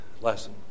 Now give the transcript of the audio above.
lesson